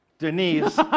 Denise